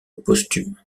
posthume